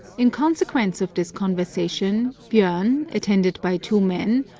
in consequence of this conversation, bjorn, attended by two men,